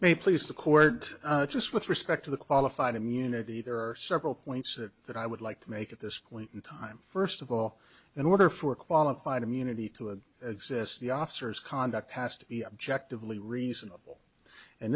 may please the court just with respect to the qualified immunity there are several points that that i would like to make at this point in time first of all in order for a qualified immunity to it exists the officers conduct past the objectively reasonable and